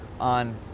on